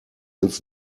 ins